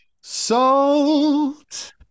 salt